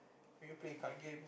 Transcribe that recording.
maybe play card game